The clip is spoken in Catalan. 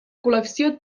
col·lecció